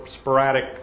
sporadic